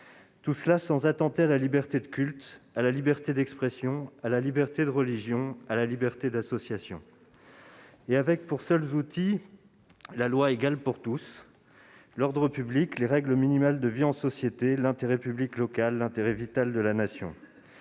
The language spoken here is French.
faut pas attenter à la liberté de culte, à la liberté d'expression, à la liberté de religion, à la liberté d'association, avec pour seuls outils la loi égale pour tous, l'ordre public, les règles minimales de vie en société, l'intérêt public local, l'intérêt vital de la Nation.